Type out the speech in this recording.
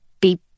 beep